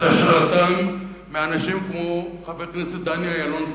את השראתם מאנשים כמו חבר הכנסת דני אילון,